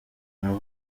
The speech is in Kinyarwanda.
naho